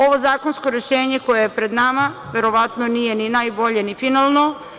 Ovo zakonsko rešenje koje je pred nama verovatno nije ni najbolje ni finalno.